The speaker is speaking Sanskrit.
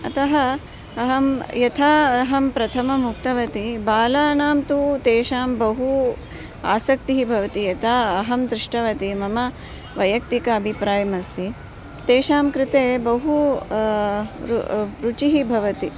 अतः अहं यथा अहं प्रथमम् उक्तवती बालानां तु तेषां बहु आसक्तिः भवति यथा अहं दृष्टवती मम वैयक्तिक अभिप्रायम् अस्ति तेषां कृते बहु रुचिः भवति